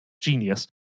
genius